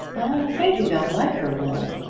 i'm afraid you don't like her, will.